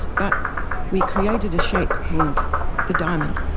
but we created a shape called the diamond.